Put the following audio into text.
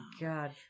God